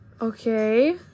Okay